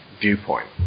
viewpoint